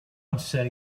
amser